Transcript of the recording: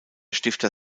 stifter